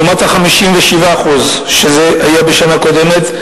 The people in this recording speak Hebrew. לעומת 57% בשנה הקודמת,